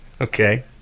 Okay